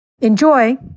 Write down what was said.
Enjoy